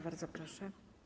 Bardzo proszę.